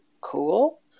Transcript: cool